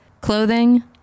clothing